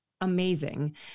amazing